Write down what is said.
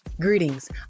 Greetings